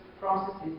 processes